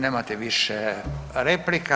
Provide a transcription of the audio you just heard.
Nemate više replika.